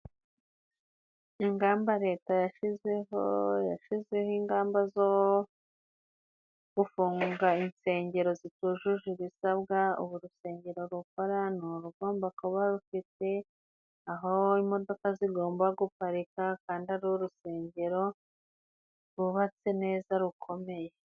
Ingamba leta yashizeho, yashyizeho ingamba zo gufunga insengero zitujuje ibisabwa, ubu urusengero rukora, ni urugomba kuba rufite, aho imodoka zigomba guparika, kandi ari urusengero ,rwubatse neza rukomeye.